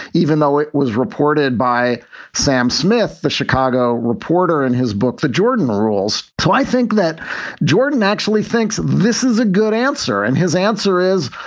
even though it was reported by sam smith, the chicago reporter, in his book, the jordan rolls, i think that jordan actually thinks this is a good answer. and his answer is,